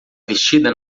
vestida